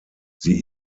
sie